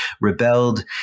rebelled